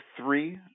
three